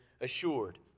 assured